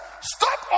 stop